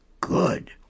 good